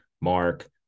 Mark